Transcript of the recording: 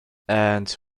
and